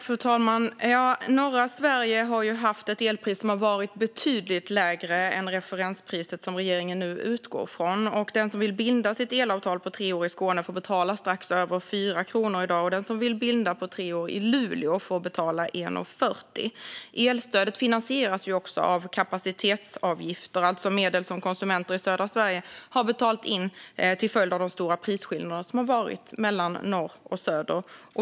Fru talman! Norra Sverige har haft ett elpris som har varit betydligt lägre än referenspriset som regeringen nu utgår från. Den som vill binda sitt elavtal på tre år i Skåne får betala strax över 4 kronor i dag. Den som vill binda på tre år i Luleå får betala 1,40. Elstödet finansieras också av kapacitetsavgifter. Det är medel som konsumenter i södra Sverige har betalat in till följd av de stora prisskillnader som har varit mellan norr och söder.